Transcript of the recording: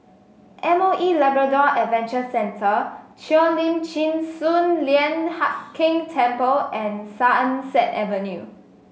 M O E Labrador Adventure Centre Cheo Lim Chin Sun Lian Hup Keng Temple and Sunset Avenue